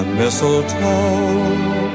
mistletoe